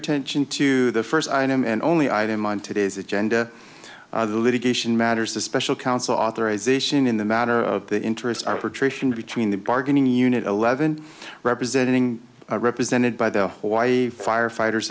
attention to the first and only item on today's agenda the litigation matters the special counsel authorization in the matter of the interest our protection between the bargaining unit eleven representing represented by the hawaii firefighters